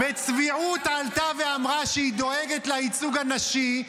עלתה ואמרה שהיא דואגת לייצוג הנשי,